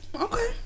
Okay